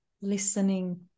listening